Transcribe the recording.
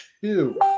two